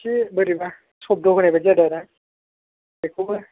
एसे बोरैबा सब्द' होनायबादि जादों आरोना बेखौबो